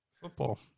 football